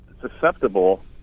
susceptible